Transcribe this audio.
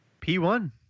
P1